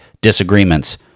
disagreements